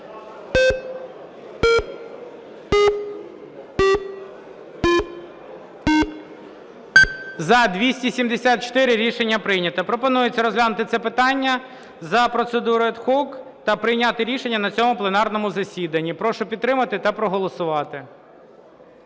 За-274 Рішення прийнято. Пропонується розглянути це питання за процедурою ad hoc та прийняти рішення на цьому пленарному засіданні. Прошу підтримати та проголосувати.